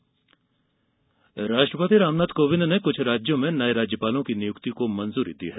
राज्यपाल नियुक्ति राष्ट्रपति रामनाथ कोविन्द ने कुछ राज्यों में नये राज्यपालों की नियुक्ति को मंजूरी दी है